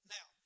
Now